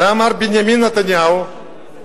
את זה אמר נתניהו ב-2006.